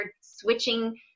switching